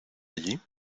allí